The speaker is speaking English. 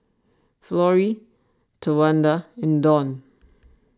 Florie Tawanda and Dawn